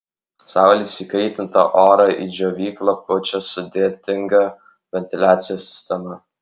saulės įkaitintą orą į džiovyklą pučia sudėtinga ventiliacijos sistema